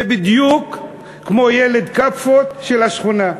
זה בדיוק כמו "ילד כאפות" של השכונה,